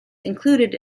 included